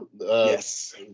Yes